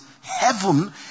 heaven